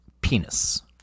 penis